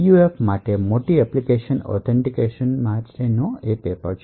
પીયુએફની મોટી એપ્લિકેશનઑથેંટીકેશન માટેની છે